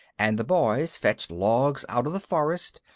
and the boys fetched logs out of the forest,